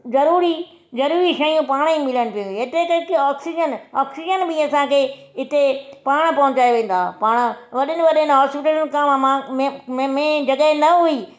ज़रूरी ज़रूरी शयूं पाण ई मिलंदियूं एतिरे तक की ऑक्सीजन ऑक्सीजन बि असांखे हिते पाण पहुंचाए वेंदा हा पाण वॾनि वॾनि हॉस्पिटल अथव में में जॻह न हुई